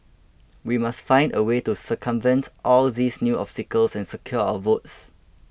we must find a way to circumvent all these new obstacles and secure our votes